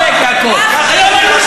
בעד חיים ילין,